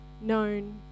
known